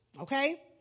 okay